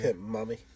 Mommy